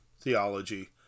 theology